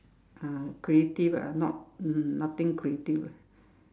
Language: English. ah creative ah not nothing creative ah